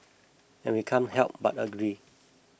and we can't help but agree